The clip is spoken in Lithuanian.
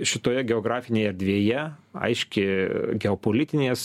šitoje geografinėj erdvėje aiški geopolitinės